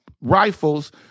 rifles